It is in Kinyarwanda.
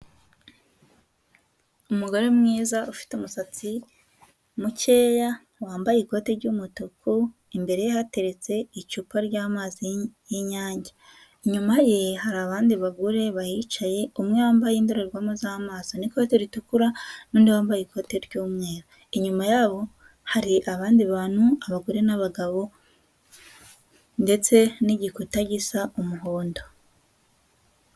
Umugore mwiza ufite umusatsi mukeya wambaye ikoti ry'umutuku imbere ye hateretse icupa ry'amazi n'inyange. Inyuma ye hari abandi bagore bahicaye umwe wambaye indorerwamo z'amaso n'ikote ritukura n'undi wambaye ikote ry'umweru. Inyuma yabo hari abandi bantu abagore n'abagabo ndetse n'igikuta gisa umuhondo.